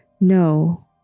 No